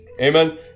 Amen